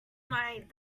admired